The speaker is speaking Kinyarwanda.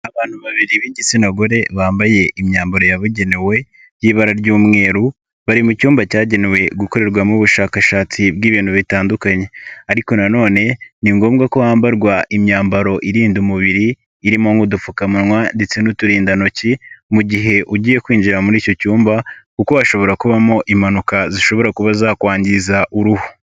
Abantu babiri b'igitsina gore bambaye imyambaro yabugenewe y'ibara ry'umweru bari mu cyumba cyagenewe gukorerwamo ubushakashatsi bw'ibintu bitandukanye ariko na none ni ngombwa ko wambarwa imyambaro irinda umubiri irimo nk'udupfukamunwa ndetse n'uturindantoki mu gihe ugiye kwinjira muri icyo cyumba kuko hashobora kubamo impanuka zishobora kuba zakwangiza uruhu.